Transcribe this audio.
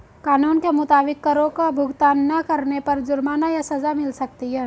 कानून के मुताबिक, करो का भुगतान ना करने पर जुर्माना या सज़ा मिल सकती है